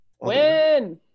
win